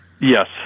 Yes